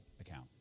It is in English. account